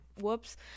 Whoops